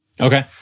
okay